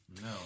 No